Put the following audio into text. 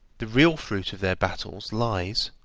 the real fruit of their battles lies,